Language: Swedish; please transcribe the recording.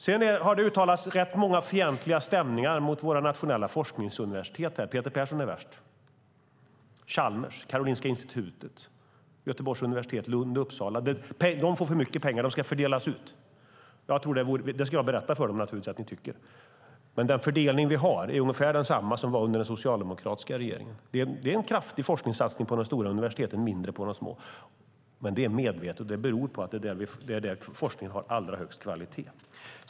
Det har gjorts rätt många fientliga uttalanden när det gäller våra nationella forskningsuniversitet. Peter Persson är värst. Det handlar om Chalmers, Karolinska Institutet, Göteborgs universitet, Lund och Uppsala. De får för mycket pengar, menar man. Pengarna ska fördelas ut i stället. Jag ska naturligtvis berätta för dem att ni tycker det. Den fördelning som vi har är ungefär densamma som under den socialdemokratiska regeringen. Det är en kraftig forskningssatsning på de större universiteten, och vi satsar mindre på de små. Men det är medvetet, och det beror på att det är på de större universiteten som forskningen har allra högst kvalitet.